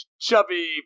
chubby